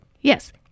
Yes